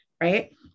right